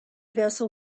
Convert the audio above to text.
vessel